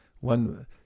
one